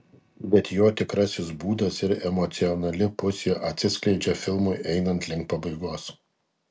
bet jo tikrasis būdas ir emocionali pusė atsiskleidžia filmui einant link pabaigos